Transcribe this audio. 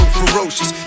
ferocious